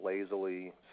lazily